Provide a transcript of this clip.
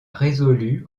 résolu